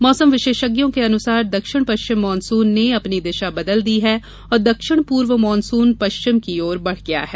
मौसम विशेषज्ञों के अनुसार दक्षिण पश्चिम मानसून ने अपनी दिशा बदल दी है और दक्षिण पूर्व मानसून पश्चिम की ओर बढ़ गया है